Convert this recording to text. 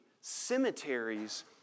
cemeteries